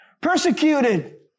Persecuted